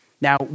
Now